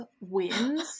Wins